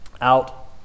out